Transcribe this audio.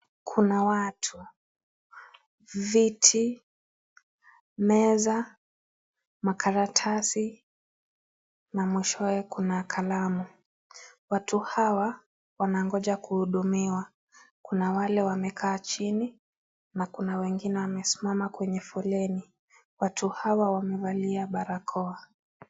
Kuna watu , viti, meza, makaratasi na mwishowe kuna kalamu. Watu hawa wanangoja kuhudumiwa kuna wale wamekaa chini na kuna wengine wamesimama kwenye foleni , watu hawa wamevalia barakoa.